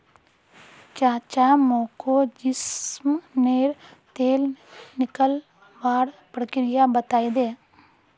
चाचा मोको जैस्मिनेर तेल निकलवार प्रक्रिया बतइ दे